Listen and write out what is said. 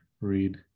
read